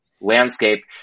landscape